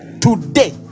today